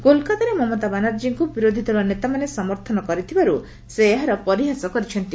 କୋଲକାତାରେ ମମତା ବାନାର୍ଜୀଙ୍କୁ ବିରୋଧୀ ଦଳ ନେତାମାନେ ସମର୍ଥନ କରିଥିବାରୁ ସେ ଏହାର ପରିହାସ କରିଛନ୍ତି